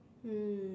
um